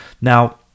Now